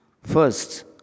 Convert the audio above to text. First